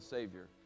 Savior